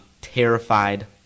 terrified